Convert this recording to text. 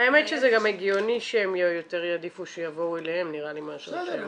האמת שזה גם הגיוני שהם יותר יעדיפו שהם יבואו אליהם מאשר שהם -- בסדר,